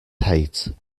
hate